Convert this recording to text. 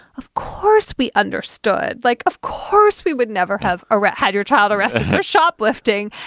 of course, we understood. like of course, we would never have a right had your child arrested for shoplifting.